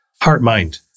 heart-mind